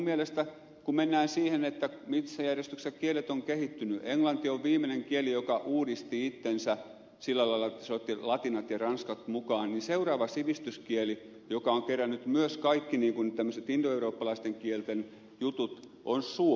minun mielestäni kun mennään siihen missä järjestyksessä kielet ovat kehittyneet niin englanti on viimeinen kieli joka uudisti itsensä sillä lailla että se otti latinat ja ranskat mukaan ja seuraava sivistyskieli joka on kerännyt myös kaikki tämmöiset indoeurooppalaisten kielten jutut on suomi